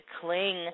cling